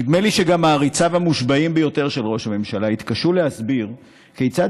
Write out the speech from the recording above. נדמה לי שגם מעריציו המושבעים ביותר של ראש הממשלה יתקשו להסביר כיצד